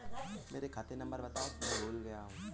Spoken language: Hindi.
मेरे खाते का नंबर बताओ मैं भूल गया हूं